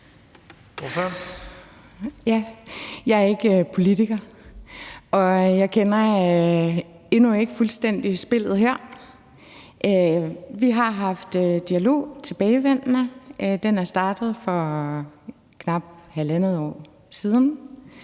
jeg er ikke politiker, og jeg kender endnu ikke fuldstændig spillet her. Vi har haft en tilbagevendende dialog. Den er startet for knap halvandet år siden,